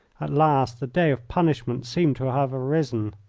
at last the day of punishment seemed to have arisen.